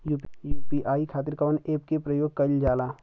UPI खातीर कवन ऐपके प्रयोग कइलजाला?